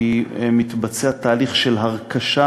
כי קודם כול מתבצע תהליך של הרכשה